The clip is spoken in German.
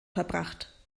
verbracht